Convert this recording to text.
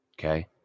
okay